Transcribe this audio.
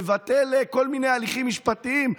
תבטל כל מיני הליכים משפטיים.